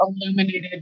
illuminated